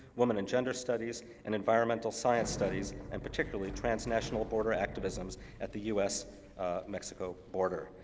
women and gender studies, and environmental science studies, and particularly transnational border activisms at the u s mexico border.